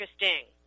interesting